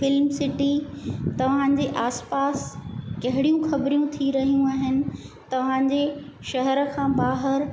film city तव्हाजे आस पास कहिड़ियूं खबरियूं थी रहियूं आहिनि तव्हांजे शहर खां ॿाहिरि